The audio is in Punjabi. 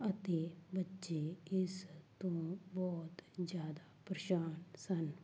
ਅਤੇ ਬੱਚੇ ਇਸ ਤੋਂ ਬਹੁਤ ਜ਼ਿਆਦਾ ਪਰੇਸ਼ਾਨ ਸਨ